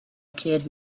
kid